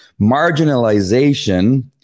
marginalization